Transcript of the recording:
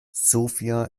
sofia